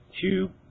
two